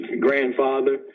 grandfather